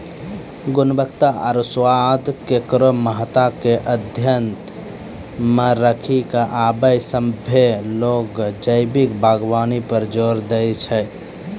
गुणवत्ता आरु स्वाद केरो महत्ता के ध्यान मे रखी क आबे सभ्भे लोग जैविक बागबानी पर जोर दै छै